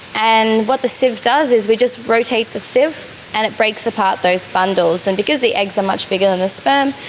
and what the sieve does is we just rotate the sieve and it breaks apart those bundles. and because the eggs are much bigger than the sperm,